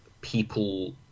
people